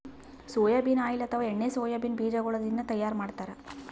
soybean oil ಅಥವಾ ಎಣ್ಣಿ soybean ಬಿಜಾಗೋಳಿನ್ದ ತೈಯಾರ್ ಮಾಡ್ತಾರ್